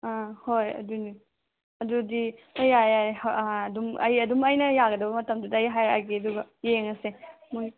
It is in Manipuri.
ꯑꯥ ꯍꯣꯏ ꯑꯗꯨꯅꯤ ꯑꯗꯨꯗꯤ ꯍꯣꯏ ꯌꯥꯔꯦ ꯌꯥꯔꯦ ꯑꯗꯨꯝ ꯑꯩ ꯑꯗꯨꯝ ꯑꯩꯅ ꯌꯥꯒꯗꯕ ꯃꯇꯝꯗꯨꯗ ꯑꯩ ꯍꯥꯏꯔꯛꯑꯒꯦ ꯑꯗꯨꯒ ꯌꯦꯡꯉꯁꯦ ꯃꯣꯏ